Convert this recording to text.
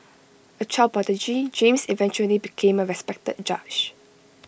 A child prodigy James eventually became A respected judge